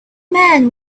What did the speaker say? man